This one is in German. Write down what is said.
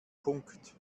punkt